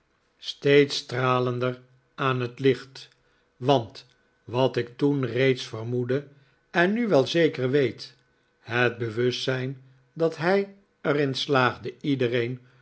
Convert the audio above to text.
steeds stralender aan het licht want wat ik toen reeds vermoedde en nu wel zeker weet het bewustzijn dat hij er in slaagde